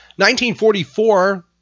1944